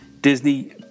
Disney